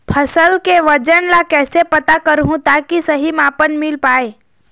फसल के वजन ला कैसे पता करहूं ताकि सही मापन मील पाए?